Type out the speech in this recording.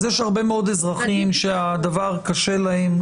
אז יש הרבה מאוד אזרחים שהדבר קשה להם.